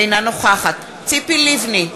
אינה נוכחת ציפי לבני,